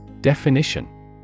Definition